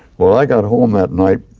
well, i got home that night,